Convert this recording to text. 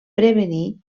prevenir